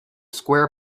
square